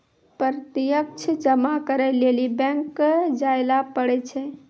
प्रत्यक्ष जमा करै लेली बैंक जायल पड़ै छै